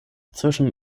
zwischen